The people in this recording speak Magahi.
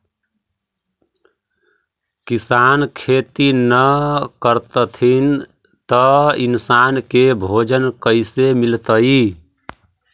किसान खेती न करथिन त इन्सान के भोजन कइसे मिलतइ?